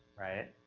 right?